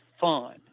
fun